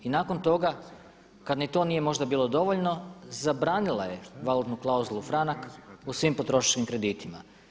I nakon toga kad ni to nije možda bilo dovoljno zabranila je valutnu klauzulu franak u svim potrošačkim kreditima.